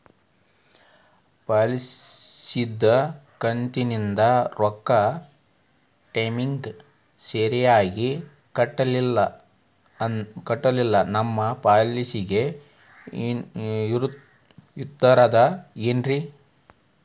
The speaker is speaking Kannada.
ಪಾಲಿಸಿದು ಕಂತಿನ ರೊಕ್ಕ ಟೈಮಿಗ್ ಸರಿಗೆ ಕಟ್ಟಿಲ್ರಿ ನಮ್ ಪಾಲಿಸಿ ಇರ್ತದ ಏನ್ರಿ?